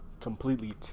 completely